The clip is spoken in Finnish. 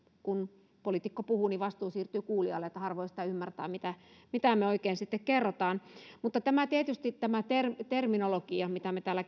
kun poliitikko puhuu vastuu siirtyy kuulijalle harvoin sitä ymmärtää mitä me oikein sitten kerromme mutta tietysti tämä terminologia mitä me täällä